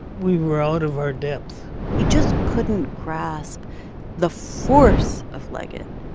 we were out of our depth he just couldn't grasp the force of liget,